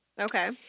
Okay